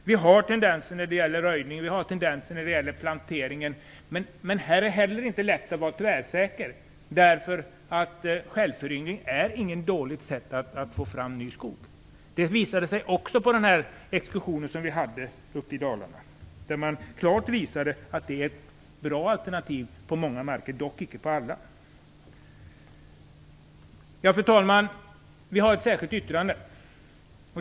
Vi har tendenser när det gäller röjning och när det gäller plantering. Men det är inte lätt att vara tvärsäker. Självföryngring är inget dåligt sätt att få fram ny skog. Det visade sig också vid den exkursion som vi gjorde i Dalarna, där man klart visade att det är ett bra alternativ på många marker, dock icke på alla. Fru talman! Centern har avgivit ett särskilt yttrande.